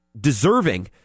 deserving